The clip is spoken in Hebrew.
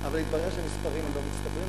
אבל התברר שהמספרים מצטברים.